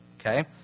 Okay